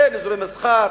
אין אזורי מסחר,